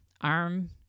arm